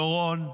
דורון,